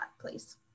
please